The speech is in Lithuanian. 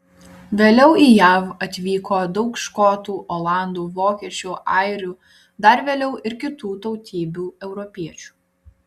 vėliau į jav atvyko daug škotų olandų vokiečių airių dar vėliau ir kitų tautybių europiečių